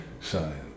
Son